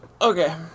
Okay